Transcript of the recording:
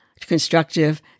constructive